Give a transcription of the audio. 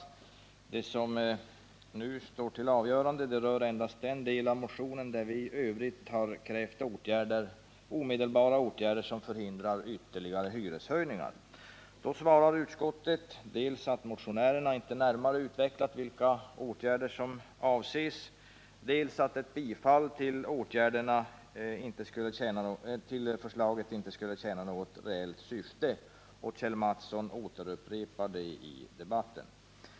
Den del av motionen som tas upp i det nu aktuella betänkandet från civilutskottet berör endast den del av motionen där vi i övrigt har krävt omedelbara åtgärder som förhindrar ytterligare hyreshöjningar. På detta svarar utskottet dels att motionärerna inte närmare utvecklat vilka åtgärder som avses, dels att ett bifall till förslaget inte skulle tjäna något reellt syfte, och Kjell Mattsson upprepar dessa påståenden.